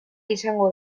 izango